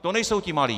To nejsou ti malí.